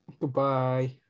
Goodbye